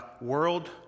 world